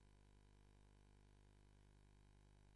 האפשרות